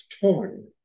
torn